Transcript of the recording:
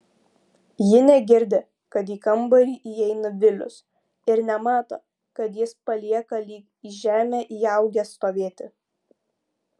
ji negirdi kad į kambarį įeina vilius ir nemato kad jis palieka lyg į žemę įaugęs stovėti